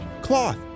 cloth